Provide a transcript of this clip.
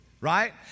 Right